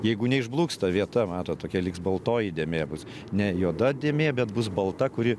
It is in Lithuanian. jeigu neišbluks ta vieta matot tokia liks baltoji dėmė bus ne juoda dėmė bet bus balta kuri